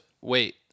wait